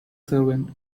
servant